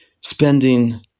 spending